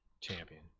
Champion